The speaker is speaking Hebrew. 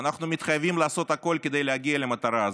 ואנחנו מתחייבים לעשות הכול כדי להגיע למטרה הזאת.